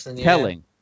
telling